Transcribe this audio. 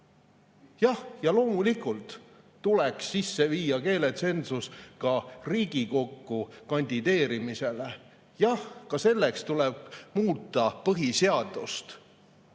Jah, loomulikult tuleks sisse viia keeletsensus ka Riigikokku kandideerimisel. Jah, ka selleks tuleb muuta põhiseadust.